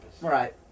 Right